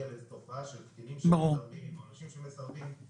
על תופעה של קטינים שמסרבים או אנשים שמסרבים.